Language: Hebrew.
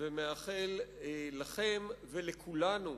ומאחל לכם ולכולנו